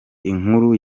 inkuru